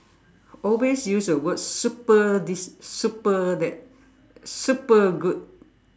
always use the word super this super that super good